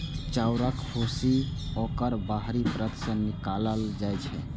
चाउरक भूसी ओकर बाहरी परत सं निकालल जाइ छै